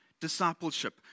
discipleship